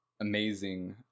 amazing